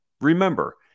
remember